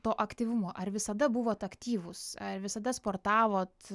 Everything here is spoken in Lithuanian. to aktyvumo ar visada buvot aktyvūs ar visada sportavot